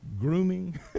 grooming